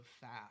fast